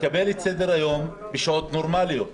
לקבל את סדר-היום בשעות נורמליות.